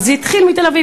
אבל זה התחיל מתל-אביב,